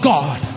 God